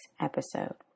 episode